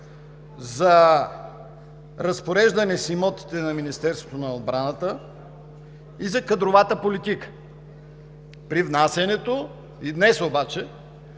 за разпореждане с имотите на Министерството на отбраната и за кадровата политика. При внасянето ѝ днес обаче